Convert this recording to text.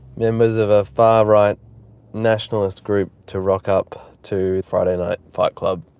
members of a far-right nationalist group to rock up to friday night fight club?